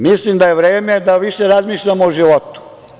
Mislim da je vreme da više razmišljamo o životu.